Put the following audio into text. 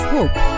Hope